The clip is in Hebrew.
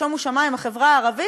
שומו שמים אז לא,